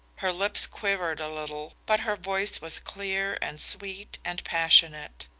her lips quivered a little, but her voice was clear and sweet and passionate.